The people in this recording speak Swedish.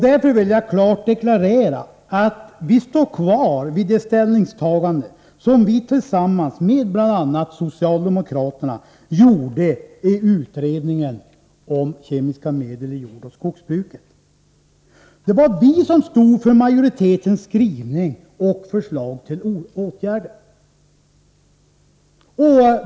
Därför vill jag klart deklarera att vi står kvar vid det ställningstagande som vi tillsammans med bl.a. socialdemokraterna gjorde i utredningen om kemiska medel i jordoch skogsbruket. Det var vi som stod för majoritetens skrivning och förslag till åtgärder.